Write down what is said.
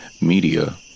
Media